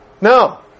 no